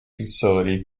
facility